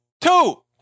two